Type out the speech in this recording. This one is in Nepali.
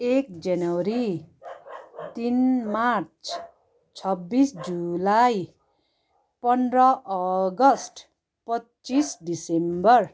एक जनवरी तिन मार्च छब्बिस जुलाई पन्ध्र अगस्त पच्चिस डिसेम्बर